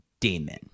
demon